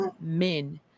men